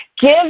give